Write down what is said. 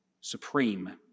supreme